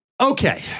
Okay